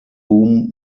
whom